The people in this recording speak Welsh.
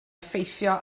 effeithio